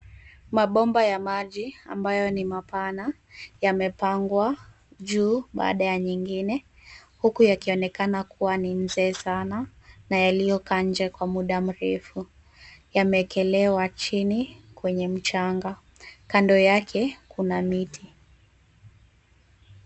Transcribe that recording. Mabomba ya maji ambayo ni mapana yamepangwa juu baada ya nyingine huku yakionekana kua ni mzee sana na yaliyokanja kwa muda mrefu yamewekellewa chini kwenye mchanga. Kando yake kuna miti.